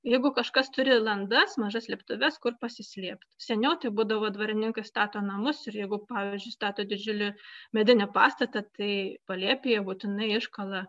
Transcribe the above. jeigu kažkas turi landas mažas slėptuves kur pasislėpti seniau tai būdavo dvarininkas stato namus ir jeigu pavyzdžiui stato didžiulį medinį pastatą tai palėpėje būtinai iškala